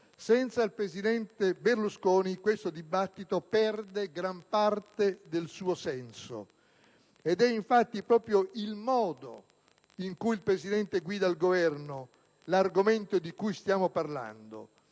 Senza il presidente Berlusconi questo dibattito perde gran parte del suo senso ed è infatti proprio il modo in cui il Presidente guida il Governo l'argomento di cui stiamo parlando